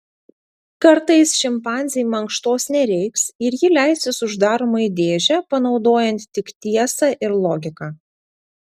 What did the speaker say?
kartais šimpanzei mankštos nereiks ir ji leisis uždaroma į dėžę panaudojant tik tiesą ir logiką